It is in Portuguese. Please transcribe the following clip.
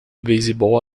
beisebol